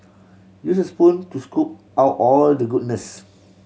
use a spoon to scoop out all the goodness